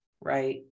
Right